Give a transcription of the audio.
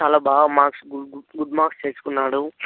చాలా బాగా marks good marks తెచ్చుకున్నాడు